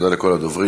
תודה לכל הדוברים.